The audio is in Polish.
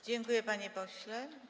Dziękuję, panie pośle.